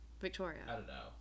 Victoria